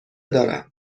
دارم